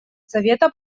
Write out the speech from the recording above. совета